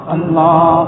Allah